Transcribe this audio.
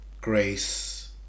grace